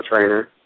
trainer